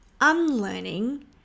unlearning